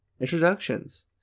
introductions